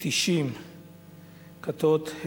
כ-90 כתות,